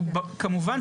בסוף,